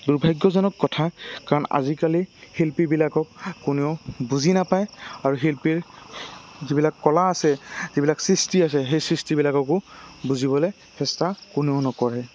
দুৰ্ভাগ্যজনক কথা কাৰণ আজিকালি শিল্পীবিলাকক কোনেও বুজি নাপায় আৰু শিল্পীৰ যিবিলাক কলা আছে যিবিলাক সৃষ্টি আছে সেই সৃষ্টি বিলাককো বুজিবলে চেষ্টা কোনেও নকৰে